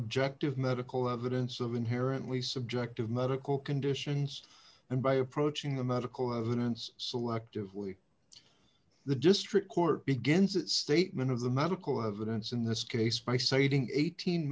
objective medical evidence of inherently subjective medical conditions and by approaching the medical evidence selectively the district court begins its statement of the medical evidence in this case by citing eighteen